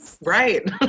Right